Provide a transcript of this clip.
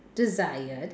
desired